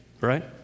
right